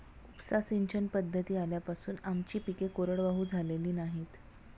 उपसा सिंचन पद्धती आल्यापासून आमची पिके कोरडवाहू झालेली नाहीत